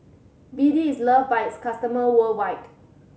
B D is loved by its customers worldwide